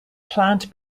plant